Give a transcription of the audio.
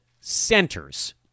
centers